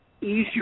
easier